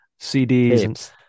CDs